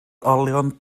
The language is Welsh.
olion